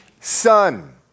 Son